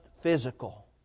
physical